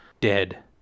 Dead